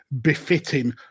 befitting